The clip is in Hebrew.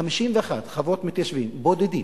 51 חוות מתיישבים בודדים,